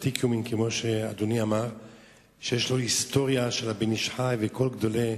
אני אשתדל שלא להשתמש בכל הזמן העומד לרשותי,